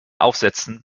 aufsätzen